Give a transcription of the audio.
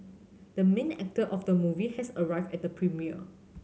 the main actor of the movie has arrived at the premiere